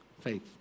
faith